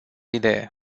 idee